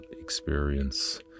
experience